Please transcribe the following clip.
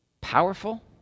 powerful